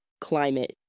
Climate